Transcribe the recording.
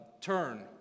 Turn